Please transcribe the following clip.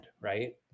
Right